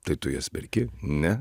tai tu jas perki ne